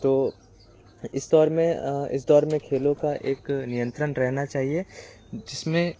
तो इस दौर में इस दौर में खेलों का एक नियंत्रण रहना चाहिए जिसमें